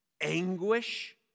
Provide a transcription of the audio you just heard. Anguish